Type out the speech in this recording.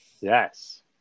Yes